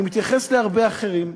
אני מתייחס להרבה אחרים.